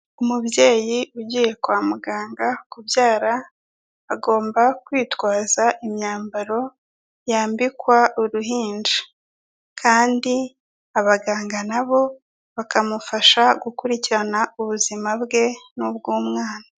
Umubyeyi ugiye kwa muganga kubyara agomba kwitwaza imyambaro yambikwa uruhinja kandi abaganga na bo bakamufasha gukurikirana ubuzima bwe n'ubw'umwana.